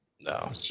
No